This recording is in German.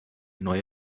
neue